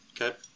Okay